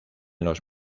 los